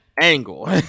Angle